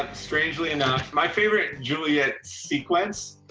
strangely enough, my favorite juliet sequence,